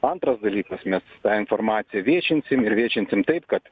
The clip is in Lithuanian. antras dalykas mes tą informaciją viešinsim ir viešinsim taip kad